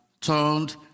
turned